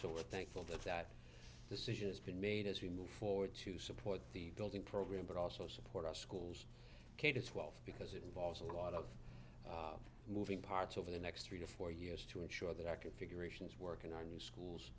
so we're thankful that that decision has been made as we move forward to support the building program but also support our schools k to twelve because it involves a lot of moving parts over the next three to four years to ensure that our configurations work and our new